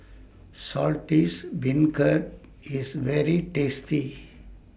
Saltish Beancurd IS very tasty